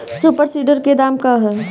Super seeder के दाम केतना ह?